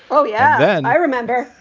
oh yeah. then i remember.